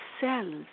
cells